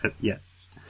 Yes